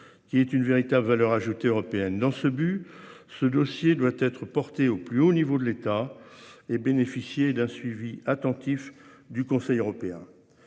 qui est une véritable valeur ajoutée européenne dans ce but, ce dossier doit être porté au plus haut niveau de l'État et bénéficier d'un suivi attentif du Conseil européen.